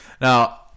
Now